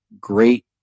great